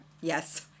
Yes